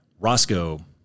Roscoe